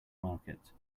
market